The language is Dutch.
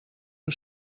een